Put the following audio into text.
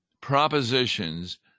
propositions